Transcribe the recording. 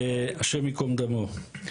השם ייקום דמו.